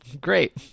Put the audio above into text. Great